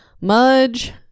Mudge